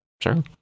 sure